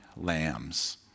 lambs